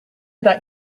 that